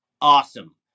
awesome